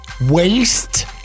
waste